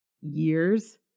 years